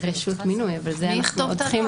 ורשות מינוי, אבל אנחנו עוד צריכים לדון.